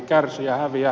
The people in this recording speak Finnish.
arvoisa puhemies